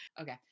okay